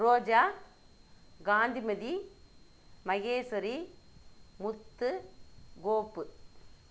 Roja Kanthimathi Maheswari Muthu Gopu